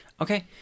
Okay